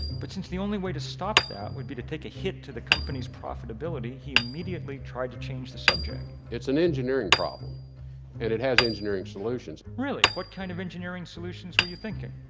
but since the only way to stop that would be to take a hit to the company's profitability, he immediately tried to change the subject. it's an engineering problem and it has engineering solutions. really? what kind of engineering solutions were you thinking?